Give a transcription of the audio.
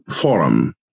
forum